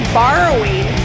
borrowing